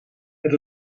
het